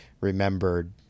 remembered